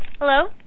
Hello